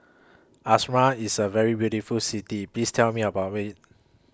Asmara IS A very beautiful City Please Tell Me above IT